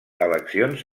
eleccions